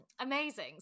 amazing